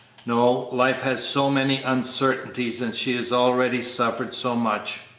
no life has so many uncertainties and she has already suffered so much.